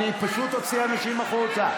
אני פשוט אוציא אנשים החוצה.